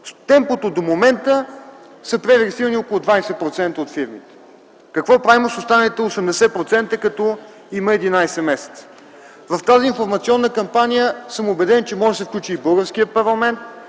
темпото до момента са пререгистрирани около 20% от фирмите. Какво правим с останалите 80%, като остават 11 месеца? В тази информационна кампания съм убеден, че може да се включи и българският парламент.